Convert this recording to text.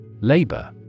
Labor